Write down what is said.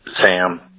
Sam